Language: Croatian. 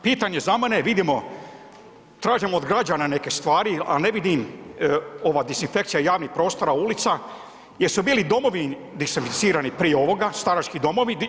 Pitanje za mene, vidimo, tražimo od građana neke stvari, ali ne vidim, ova dezinfekcija javnih prostora, ulica, jesu bili domovi dezinficirani prije ovoga, starački domovi?